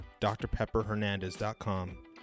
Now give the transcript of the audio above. drpepperhernandez.com